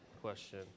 question